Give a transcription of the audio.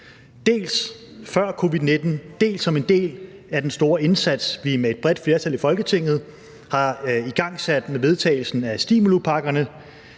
dels før covid-19, dels som en del af den store indsats, vi med et bredt flertal i Folketinget har igangsat – med vedtagelsen af stimulipakkerne,